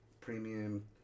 premium